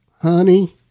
Honey